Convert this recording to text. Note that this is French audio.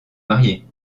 marier